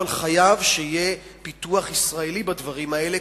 אבל חייב להיות פיתוח ישראלי בדברים האלה,